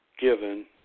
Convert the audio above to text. given